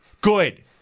Good